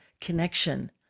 connection